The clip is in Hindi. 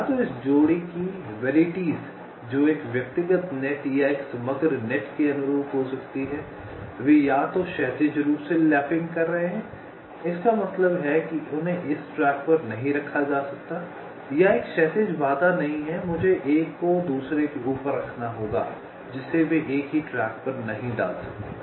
या तो इस जोड़ी की वेरिटीज़ जो एक व्यक्तिगत नेट या एक समग्र नेट के अनुरूप हो सकती हैं वे या तो क्षैतिज रूप से लैपिंग कर रहे हैं इसका मतलब है उन्हें इस ट्रैक पर नहीं रखा जा सकता है या एक क्षैतिज बाधा नहीं है मुझे एक को दूसरे के ऊपर रखना होगा जिसे वे एक ही ट्रैक पर नहीं डाल सकते